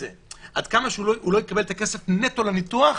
עד כמה שהוא לא יקבל את הכסף נטו לניתוח,